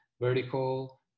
vertical